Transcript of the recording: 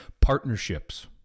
Partnerships